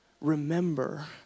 Remember